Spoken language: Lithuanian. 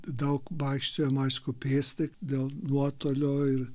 daug vaikščiojom aišku pėsti dėl nuotolio ir